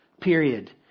Period